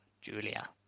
Julia